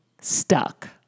stuck